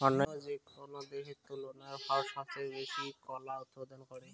অইন্য যেকোনো দেশের তুলনায় ভারত সবচেয়ে বেশি কলা উৎপাদন করে